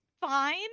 fine